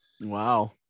wow